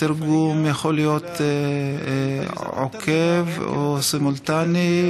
התרגום יכול להיות עוקב או סימולטני,